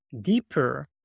deeper